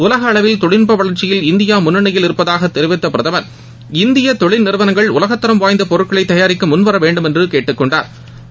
உலக அளவில் தொழில்நுட்ப வளர்ச்சியில் இந்தியா முன்னணியில் இருப்பதாகத் தெரிவித்த பிரதமா் இந்திய தொழில் நிறுவனங்கள் உலகத்தரம் வாய்ந்த பொருட்களை தயாரிக்க முன்வர வேண்டுமென்று கேட்டுக் கெண்டாா்